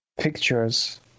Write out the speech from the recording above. pictures